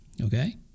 Okay